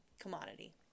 commodity